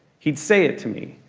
he'd say it to me.